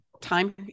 time